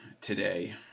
today